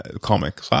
comic